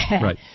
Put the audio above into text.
Right